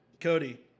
Cody